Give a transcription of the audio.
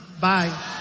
Bye